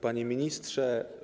Panie Ministrze!